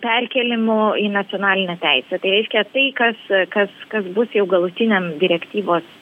perkėlimu į nacionalinę teisę tai reiškia tai kas kas kas kas bus jau galutiniam direktyvos